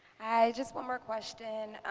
hi. just one more question.